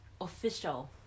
official